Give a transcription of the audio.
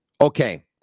Okay